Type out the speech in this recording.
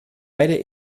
beide